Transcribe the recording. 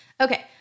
Okay